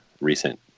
recent